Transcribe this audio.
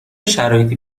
شرایطی